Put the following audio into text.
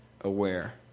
aware